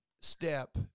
step